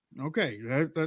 Okay